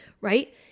Right